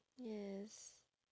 yes